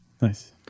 Nice